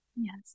Yes